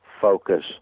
focus